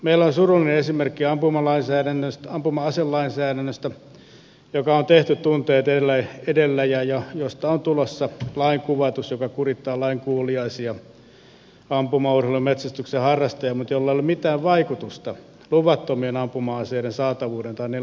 meillä on surullisena esimerkkinä ampuma aselainsäädäntö joka on tehty tunteet edellä ja josta on tulossa lainkuvatus joka kurittaa lainkuuliaisia ampumaurheilun ja metsästyksen harrastajia mutta jolla ei ole mitään vaikutusta luvattomien ampuma aseiden saatavuuteen tai hallussapitoon